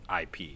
IP